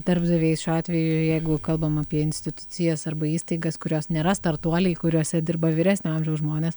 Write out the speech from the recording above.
darbdaviais šiuo atveju jeigu kalbam apie institucijas arba įstaigas kurios nėra startuoliai kuriose dirba vyresnio amžiaus žmonės